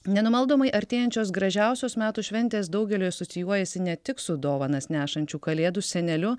nenumaldomai artėjančios gražiausios metų šventės daugeliui asocijuojasi ne tik su dovanas nešančiu kalėdų seneliu